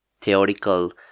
theoretical